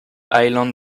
island